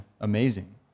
Amazing